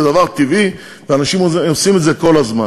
זה דבר טבעי, אנשים עושים את זה כל הזמן.